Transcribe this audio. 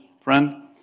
Friend